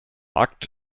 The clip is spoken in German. akt